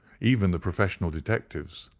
even the professional detectives,